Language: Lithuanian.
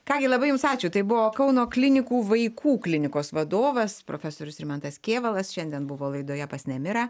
ką gi labai jums ačiū tai buvo kauno klinikų vaikų klinikos vadovas profesorius rimantas kėvalas šiandien buvo laidoje pas nemirą